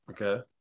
Okay